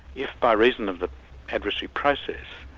if by reason of the adversary process,